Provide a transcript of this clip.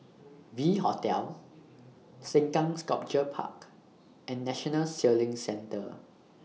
V Hotel Sengkang Sculpture Park and National Sailing Centre